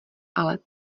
ale